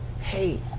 Hey